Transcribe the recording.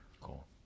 Cool